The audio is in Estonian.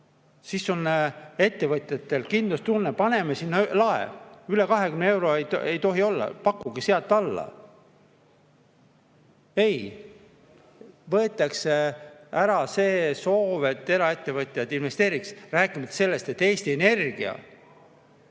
siis on ettevõtjatel kindlustunne, paneme sinna lae – üle 20 euro ei tohi olla, pakkuge sealt alla. Ei saa, võetakse ära see soov, et eraettevõtjad investeeriksid. Rääkimata sellest, et Eesti Energia,